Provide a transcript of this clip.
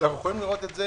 אפשר לראות את זה